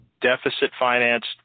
deficit-financed